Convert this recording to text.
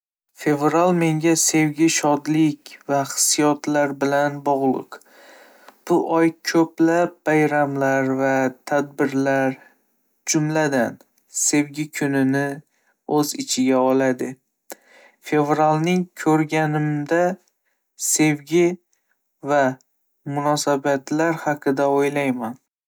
Fevral menga sevgi, shodlik va hissiyotlar bilan bog'liq. Bu oy ko'plab bayramlar va tadbirlar, jumladan, Sevgi kunini o'z ichiga oladi. Fevralni ko'rganimda, sevgi va munosabatlar haqida.